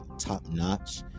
top-notch